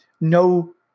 no